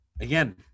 Again